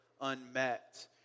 unmet